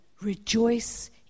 rejoice